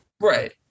Right